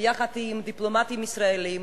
ויחד עם דיפלומטים ישראלים,